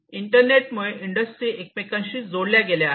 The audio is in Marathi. इंटरनेट मुळे इंडस्ट्री एकमेकांशी एकमेकांशी जोडले गेले आहेत